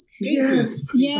Yes